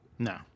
No